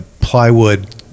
plywood